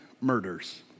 murders